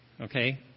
Okay